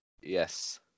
Yes